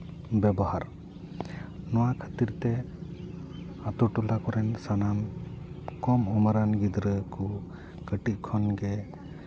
ᱵᱮᱵᱚᱦᱟᱨ ᱱᱚᱣᱟ ᱠᱷᱟᱹᱛᱤᱨ ᱛᱮ ᱟᱛᱳ ᱴᱚᱞᱟ ᱠᱚᱨᱮᱱ ᱥᱟᱱᱟᱢ ᱠᱚᱢ ᱩᱢᱮᱹᱨ ᱨᱟᱱ ᱜᱤᱫᱽᱨᱟᱹ ᱠᱚ ᱠᱟᱹᱴᱤᱡ ᱠᱷᱚᱱ ᱜᱮ